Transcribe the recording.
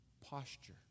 posture